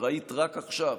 וראית רק עכשיו